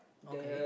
okay